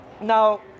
Now